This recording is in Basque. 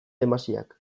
desmasiak